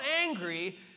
angry